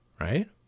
right